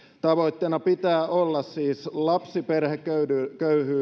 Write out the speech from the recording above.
tavoitteena pitää olla siis lapsiperheköyhyyden